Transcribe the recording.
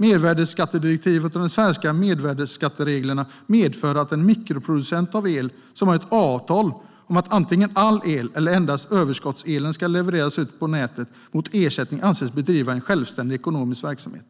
Mervärdesskattedirektivet och de svenska mervärdesskattereglerna medför att en mikroproducent av el - som har ett avtal om att antingen all el eller endast överskottsel ska levereras ut på nätet mot ersättning - anses bedriva en självständig ekonomisk verksamhet.